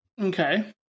Okay